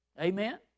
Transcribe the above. amen